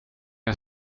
jag